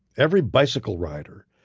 every bicycle rider,